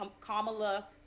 Kamala